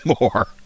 more